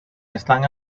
están